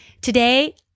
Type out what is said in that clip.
Today